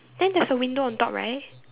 then there's a window on top right